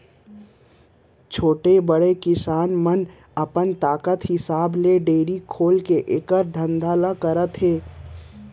छोटे, बड़े किसान मन अपन ताकत हिसाब ले डेयरी खोलके एकर धंधा ल करत हें